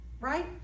right